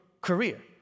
career